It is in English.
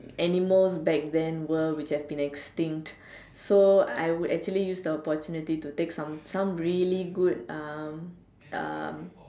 animals back then were which have been extinct so I would actually use the opportunity to take some some really good um um